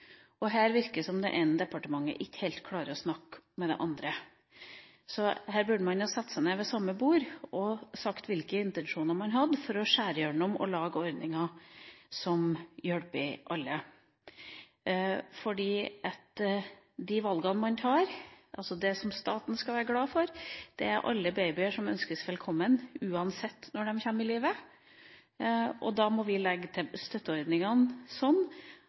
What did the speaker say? og her virker det som det ene departementet ikke helt klarer å snakke med det andre. Her burde man ha satt seg ned ved samme bord og sagt hvilke intensjoner man hadde for å skjære igjennom og lage ordninger som hjelper alle. Det staten skal være glad for, det er alle babyer som ønskes velkommen, uansett når de kommer i livet. Da må vi legge støtteordningene sånn